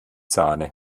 sahne